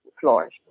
flourish